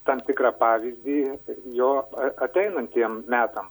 tam tikrą pavyzdį jo ateinantiem metam